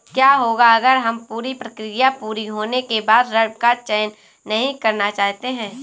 क्या होगा अगर हम पूरी प्रक्रिया पूरी होने के बाद ऋण का चयन नहीं करना चाहते हैं?